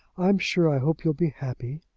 i'm sure i hope you'll be happy.